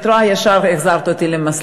הנה, את רואה, ישר החזרת אותי למסלול.